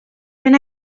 ben